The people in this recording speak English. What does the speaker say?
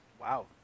Wow